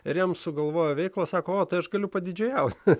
ir jam sugalvojo veiklą sako tai aš galiu padidžėjaut